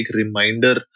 reminder